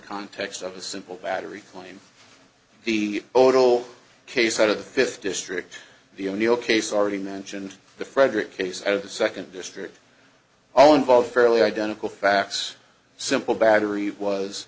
context of a simple battery claim the odal case out of the fifth district the o'neill case already mentioned the frederick case of the second district all involved fairly identical facts simple battery was